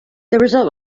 result